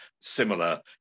similar